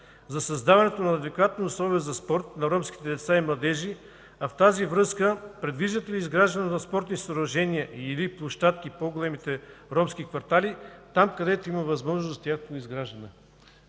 за създаването на адекватни условия за спорт на ромските деца и младежи, а в тази връзка предвиждате ли изграждането на спортни съоръжения и/или площадки в по-големите ромски квартали, там където има възможност за тяхното изграждане?